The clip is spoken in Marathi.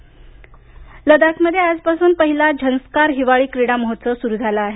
लदाख झंस्कार लदाखमध्ये आजपासून पहिला झंस्कार हिवाळी क्रीडा महोत्सव सुरू झाला आहे